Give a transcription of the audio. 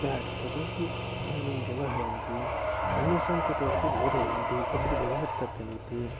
pad तदपि इदानीं व्यवहरन्ति अन्येषां कृते अपि बोधयन्ति एतद् व्यवहर्तव्यमिति